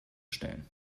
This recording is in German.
stellen